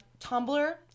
tumblr